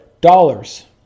dollars